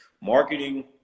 marketing